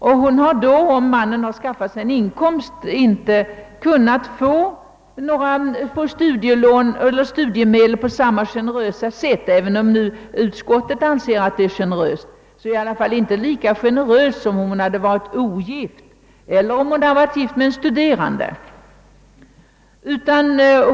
Om mannen då har skaffat sig en inkomst, har hon inte kunnat få studiemedel på lika gynnsamma villkor — även om utskottet anser dem generösa — som om hon hade varit ogift eller gift med en studerande.